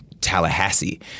Tallahassee